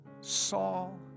Saul